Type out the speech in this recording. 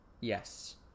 yes